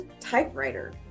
typewriter